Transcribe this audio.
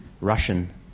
Russian